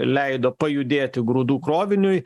leido pajudėti grūdų kroviniui